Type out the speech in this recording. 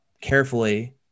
carefully